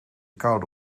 koude